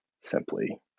simply